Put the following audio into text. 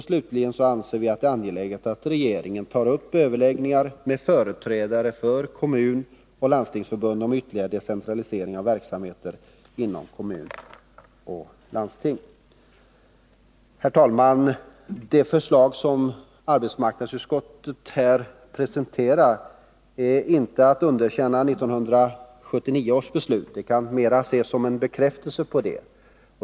Slutligen anser vi att det är angeläget att regeringen tar upp överläggningar med företrädare för kommunoch landstingsförbunden om ytterligare decentralisering av verksamheter inom kommuner och landsting. Herr talman! Det förslag som arbetsmarknadsutskottet här presenterar innebär inte ett underkännande av 1979 års beslut, utan kan mera ses som en bekräftelse på det.